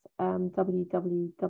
www